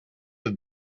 have